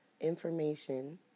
information